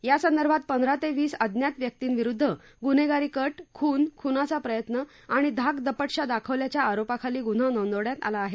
यासंदर्भात पंधरा ते वीस अज्ञात व्यक्तींविरुद्ध गुन्हेगारी कट खून खुनाचा प्रयत्न आणि धाकधकटशा दाखवल्याच्या आरोपाखाली गुन्हा नोंदवण्यात आला आहे